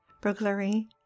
burglary